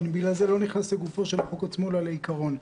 אני לא נכנס לגופו של החוק עצמו, אלא לעיקרון.